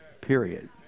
period